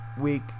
week